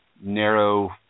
narrow